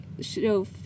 show